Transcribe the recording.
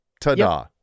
Ta-da